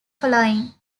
following